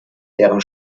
deren